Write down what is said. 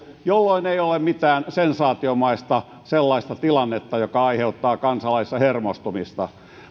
jolloin ei ole mitään sellaista sensaatiomaista tilannetta joka aiheuttaa kansalaisissa hermostumista